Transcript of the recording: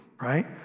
right